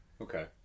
Okay